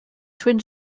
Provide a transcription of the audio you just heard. twin